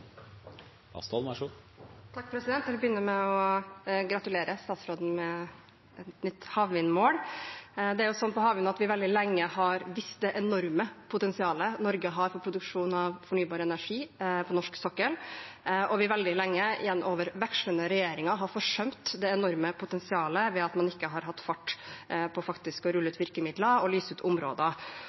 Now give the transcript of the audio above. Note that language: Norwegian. Jeg vil begynne med å gratulere statsråden med et nytt havvindmål. Når det gjelder havvind, har vi veldig lenge visst om det enorme potensialet Norge har for produksjon av fornybar energi på norsk sokkel. Vi har veldig lenge – gjennom vekslende regjeringer – forsømt det enorme potensialet ved at man ikke har hatt fart på å rulle ut virkemidler og lyse ut områder. Nå har regjeringen satt et mål som er veldig langt fram i tid. Det blir lyst ut nye områder